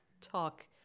talk